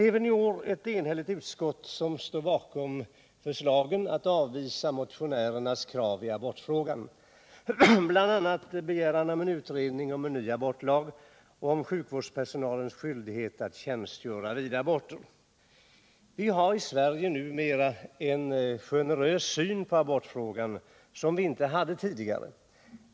Även i år står ett enhälligt utskott bakom hemställan att riksdagen skall avvisa motionärernas förslag i abortfrågan, bl.a. begäran om en utredning om en ny abortlag och om sjukvårdspersonalens skyldighet att tjänstgöra vid aborter. Vi har i Sverige numera en generös syn på abortfrågan som vi inte hade tidigare.